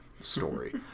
story